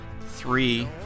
three